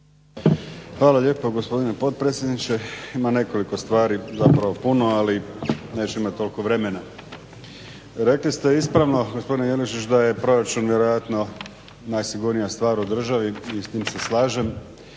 Hvala lijepo gospodine potpredsjedniče. Ima nekoliko stvari, zapravo puno ali neću imat toliko vremena. Rekli ste ispravno gospodine Jelušić da je proračun vjerojatno najsigurnija stvar u državi i s tim se slažem